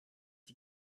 die